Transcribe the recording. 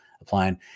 applying